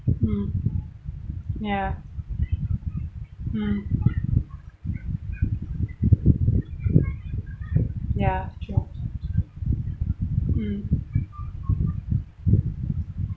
mm ya mm ya true mm